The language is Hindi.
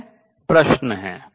यह प्रश्न है